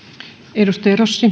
arvoisa